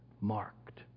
marked